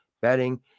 betting